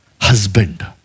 husband